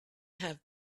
have